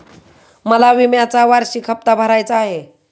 मला विम्याचा वार्षिक हप्ता भरायचा आहे